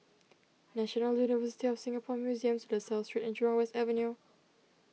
National University of Singapore Museums La Salle Street and Jurong West Avenue